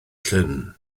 llyn